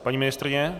Paní ministryně?